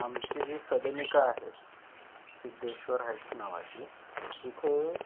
आमची जी सदनिका आहे सिद्धेश्वर हाईट्स नावाची इथे